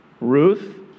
Ruth